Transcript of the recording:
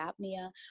apnea